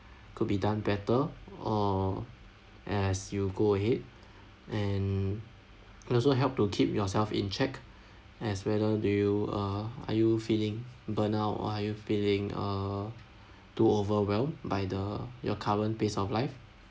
could be done better or as you go ahead and can also help to keep yourself in check as whether do you uh are you feeling burn out or are you feeling uh too overwhelmed by the your current pace of life